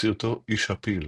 בסרטו "איש הפיל"